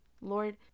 Lord